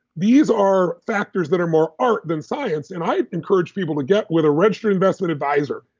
these are factors that are more art than science. and i encourage people to get with a registered investment advisor,